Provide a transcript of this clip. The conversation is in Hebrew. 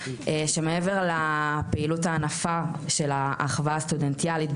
שמעבר לפעילות הענפה של האחווה הסטודנטיאלית,